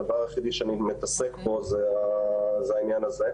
הדבר היחיד שאני מתעסק בו זה העניין הזה.